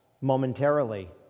momentarily